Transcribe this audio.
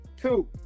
two